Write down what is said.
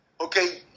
Okay